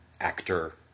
actor